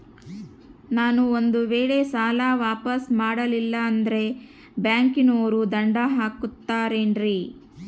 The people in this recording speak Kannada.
ನಾನು ಒಂದು ವೇಳೆ ಸಾಲ ವಾಪಾಸ್ಸು ಮಾಡಲಿಲ್ಲಂದ್ರೆ ಬ್ಯಾಂಕನೋರು ದಂಡ ಹಾಕತ್ತಾರೇನ್ರಿ?